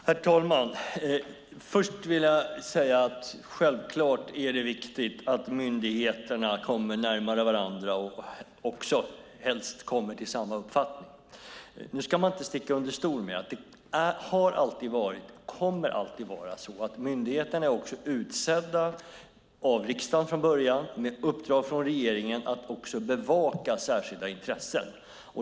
Herr talman! Det är självfallet viktigt att myndigheterna kommer närmare varandra och helst kommer till samma uppfattning. Nu ska man inte sticka under stol med att myndigheterna från början alltid har varit och alltid kommer att vara utsedda av riksdagen, och de har ett uppdrag från regeringen att bevaka särskilda intressen.